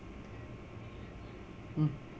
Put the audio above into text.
mm